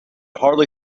hardly